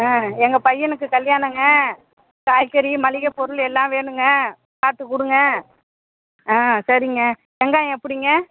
ஆ எங்கள் பையனுக்கு கல்யாணங்க காய்கறி மளிகைப்பொருள் எல்லாம் வேணுங்க பார்த்து கொடுங்க ஆ சரிங்க வெங்காயம் எப்படிங்க